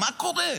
מה קורה.